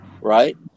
right